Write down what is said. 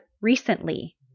recently